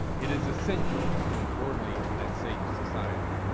it is essential to an orderly and safe society.